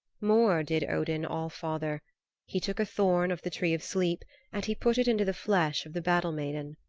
more did odin all-father he took a thorn of the tree of sleep and he put it into the flesh of the battle-maiden.